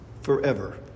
forever